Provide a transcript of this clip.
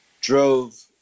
drove